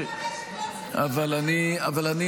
השופטת שרון לארי-בבלי